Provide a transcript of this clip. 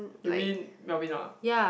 you mean Melvin ah